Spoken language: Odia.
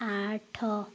ଆଠ